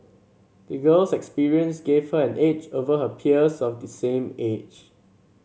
the girl's experiences gave her an edge over her peers of the same age